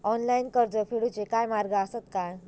Online कर्ज फेडूचे काय मार्ग आसत काय?